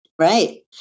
Right